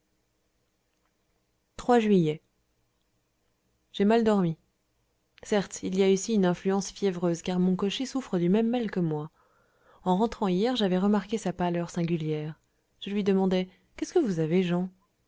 juillet j'ai mal dormi certes il y a ici une influence fiévreuse car mon cocher souffre du même mal que moi en rentrant hier j'avais remarqué sa pâleur singulière je lui demandai qu'est-ce que vous avez jean